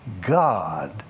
God